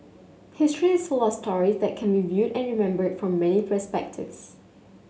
history is full of stories that can be viewed and remembered from many perspectives